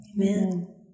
Amen